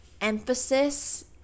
emphasis